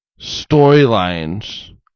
storylines